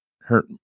hurt